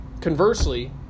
conversely